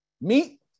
Meat